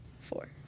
four